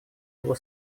его